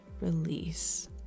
release